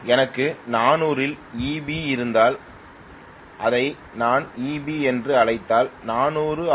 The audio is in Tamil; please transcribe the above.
எனவே 400 ஆர்பிஎம்மில் மற்றும் மதிப்பிடப்பட்ட எக்சைடேஷன் E 750rpm இல் 400750 Eb 400 rpm இல் Eb' எனக்கு 400 இல் Eb இருந்தால் இதை நான் Eb என்று அழைத்தால் 400 ஆர்